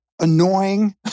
annoying